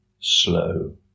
slow